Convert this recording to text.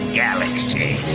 galaxy